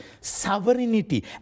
sovereignty